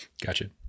Gotcha